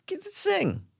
sing